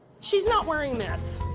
she's not wearing this.